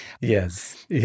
Yes